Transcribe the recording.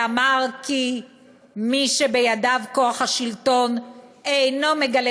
שאמר כי "מי שבידיו כוח השלטון אינו מגלה